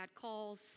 calls